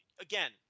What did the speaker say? again